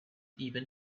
even